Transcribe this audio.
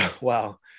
wow